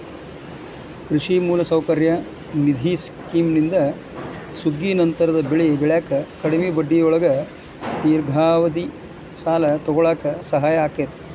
ಕೃಷಿ ಮೂಲಸೌಕರ್ಯ ನಿಧಿ ಸ್ಕಿಮ್ನಿಂದ ಸುಗ್ಗಿನಂತರದ ಬೆಳಿ ಬೆಳ್ಯಾಕ ಕಡಿಮಿ ಬಡ್ಡಿಯೊಳಗ ದೇರ್ಘಾವಧಿ ಸಾಲ ತೊಗೋಳಾಕ ಸಹಾಯ ಆಕ್ಕೆತಿ